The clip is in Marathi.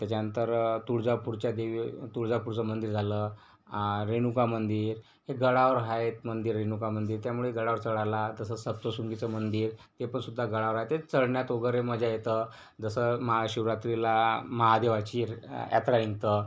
त्याच्यानंतर तुळजापूरच्या देवी तुळजापूरचं मंदिर झालं रेणुका मंदिर हे गडावर आहेत मंदिर रेणुका मंदिर त्यामुळे गडावर चढायला तसंच सप्तशृंगीचं मंदिर ते पण सुद्धा गडावर आहे ते चढण्यात वगैरे मजा येतं जसं महाशिवरात्रीला महादेवाची यात्रा निघतं